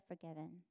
forgiven